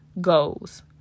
goals